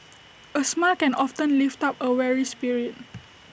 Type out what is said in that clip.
A smile can often lift up A weary spirit